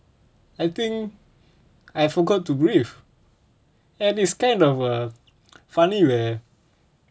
I think I forgot to breathe and it's kind of uh funny where